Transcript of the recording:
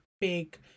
big